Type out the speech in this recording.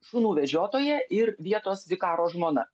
šunų vežiotoja ir vietos vikaro žmona